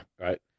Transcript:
right